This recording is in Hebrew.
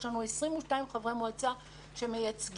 יש לנו 22 חברי מועצה שמייצגים,